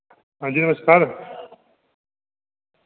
हां जी नमस्कार